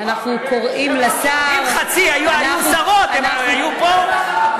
אנחנו קוראים לשר, אם חצי היו שרות, הן היו פה.